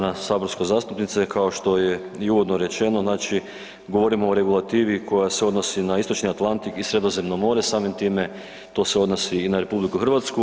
Poštovana saborska zastupnice, kao što je i uvodno rečeno, znači govorimo o regulativi koja se odnosi na istočni Atlantik i Sredozemno more, samim time to se odnosi i na RH.